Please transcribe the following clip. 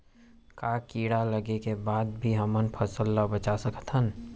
का कीड़ा लगे के बाद भी हमन फसल ल बचा सकथन?